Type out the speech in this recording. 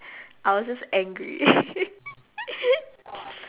I was just angry